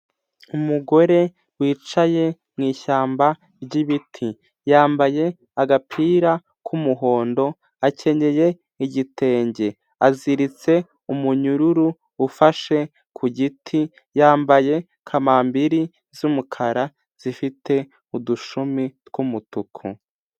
Umugore wicaye mu ishyamba ry'ibiti, yambaye agapira k'umuhondo akenyeye igitenge, aziritse umunyururu ufashe ku giti, yambaye kamambiri z'umukara zifite udushumi tw'umutuku.